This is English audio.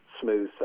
smooth